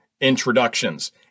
introductions